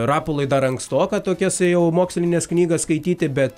rapolui dar ankstoka tokias jau mokslines knygas skaityti bet